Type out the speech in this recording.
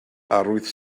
arwydd